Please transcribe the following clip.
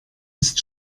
ist